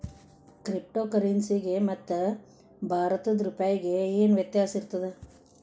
Crypto ಕರೆನ್ಸಿಗೆ ಮತ್ತ ಭಾರತದ್ ರೂಪಾಯಿಗೆ ಏನ್ ವ್ಯತ್ಯಾಸಿರ್ತದ?